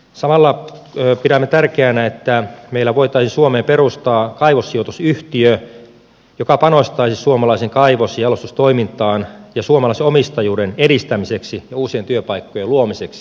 samalla pidämme tärkeänä että meillä voitaisiin suomeen perustaa kaivossijoitusyhtiö joka panostaisi suomalaiseen kaivosjalostustoimintaan ja suomalaisen omistajuuden edistämiseksi ja uusien työpaikkojen luomiseksi